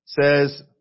says